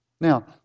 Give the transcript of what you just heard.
Now